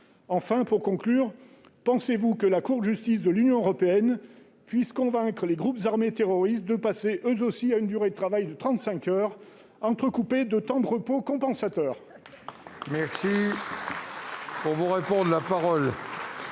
Enfin, pensez-vous que la Cour de justice de l'Union européenne puisse convaincre les groupes armés terroristes de passer, eux aussi, à une durée de travail hebdomadaire de 35 heures entrecoupées de temps de repos compensateur ?